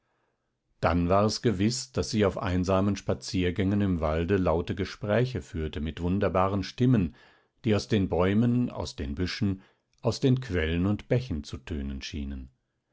dann war es gewiß daß sie auf einsamen spaziergängen im walde laute gespräche führte mit wunderbaren stimmen die aus den bäumen aus den büschen aus den quellen und bächen zu tönen schienen